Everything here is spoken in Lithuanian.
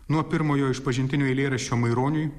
nuo pirmojo išpažintinio eilėraščio maironiui